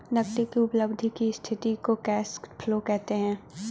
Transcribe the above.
नगदी की उपलब्धि की स्थिति को कैश फ्लो कहते हैं